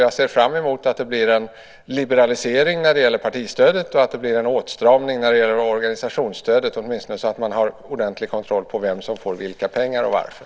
Jag ser fram emot att det blir en liberalisering när det gäller partistödet och att det blir en åtstramning när det gäller organisationsstödet, åtminstone så att man har ordentlig kontroll på vem som får vilka pengar och varför.